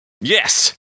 Yes